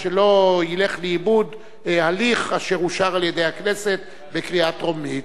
שלא ילך לאיבוד הליך אשר אושר על-ידי הכנסת בקריאה טרומית.